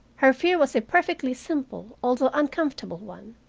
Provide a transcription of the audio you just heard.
her fear was a perfectly simple although uncomfortable one,